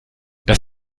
das